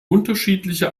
unterschiedliche